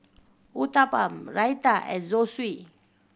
Uthapam Raita and Zosui